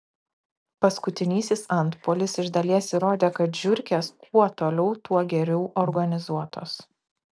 paskutinysis antpuolis iš dalies įrodė kad žiurkės kuo toliau tuo geriau organizuotos